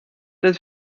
das